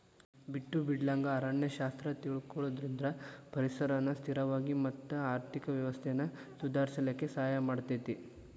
ಬಿಟ್ಟು ಬಿಡಲಂಗ ಅರಣ್ಯ ಶಾಸ್ತ್ರ ತಿಳಕೊಳುದ್ರಿಂದ ಪರಿಸರನ ಸ್ಥಿರವಾಗಿ ಮತ್ತ ಆರ್ಥಿಕ ವ್ಯವಸ್ಥೆನ ಸುಧಾರಿಸಲಿಕ ಸಹಾಯ ಮಾಡತೇತಿ